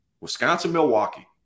Wisconsin-Milwaukee